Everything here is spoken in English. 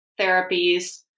therapies